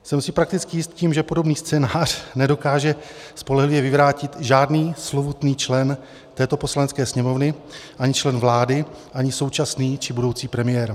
Jsem si prakticky jist tím, že podobný scénář nedokáže spolehlivě vyvrátit žádný slovutný člen této Poslanecké sněmovny, ani člen vlády, ani současný či budoucí premiér.